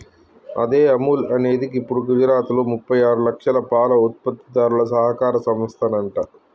అదే అముల్ అనేది గిప్పుడు గుజరాత్లో ముప్పై ఆరు లక్షల పాల ఉత్పత్తిదారుల సహకార సంస్థనంట